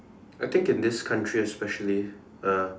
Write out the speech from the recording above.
I think in this country especially uh